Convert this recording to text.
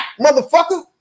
motherfucker